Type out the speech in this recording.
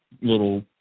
little